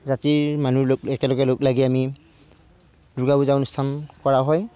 জাতিৰ মানুহ লগ একেলগে লগ লাগি আমি দুৰ্গা পূজা অনুষ্ঠান কৰা হয়